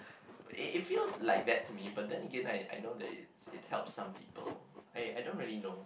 it feels like like that to me but then Again I I know that it helps some people